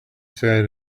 said